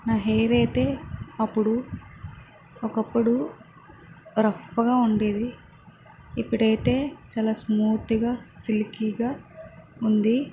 నా హెయిర్ అయితే అప్పుడు ఒకప్పుడు రఫ్గా ఉండేది ఇప్పుడైతే చాలా స్మూత్గా సిల్కీగా ఉంది